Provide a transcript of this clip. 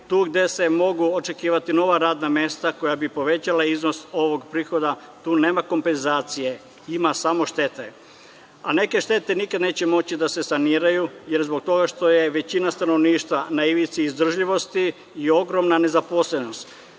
tu gde se mogu očekivati nova radna mesta koja bi povećala iznos ovog prihoda, tu nema kompenzacije, ima samo štete, a neke štete nikad neće moći da se saniraju zbog toga što je većina stanovništva na ivici izdržljivosti i ogromna nezaposlenost.